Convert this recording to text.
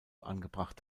angebracht